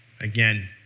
Again